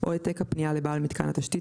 או העתק הפנייה לבעל מיתקן התשתית,